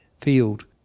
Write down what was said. field